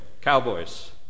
cowboys